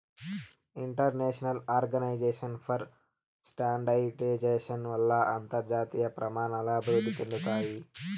international organisation for standardisation వల్ల అంతర్జాతీయ ప్రమాణాలు అభివృద్ధి చెందుతాయి